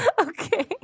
Okay